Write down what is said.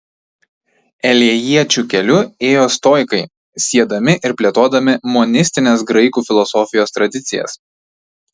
elėjiečių keliu ėjo stoikai siedami ir plėtodami monistinės graikų filosofijos tradicijas